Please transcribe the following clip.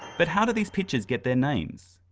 but how do these pitches get their names?